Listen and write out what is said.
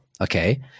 Okay